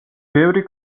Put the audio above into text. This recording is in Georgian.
ბევრი